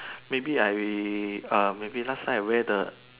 maybe I err maybe last time I wear the